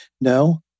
No